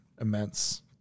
immense